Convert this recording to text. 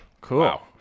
Cool